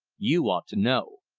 you ought to know.